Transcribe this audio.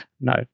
No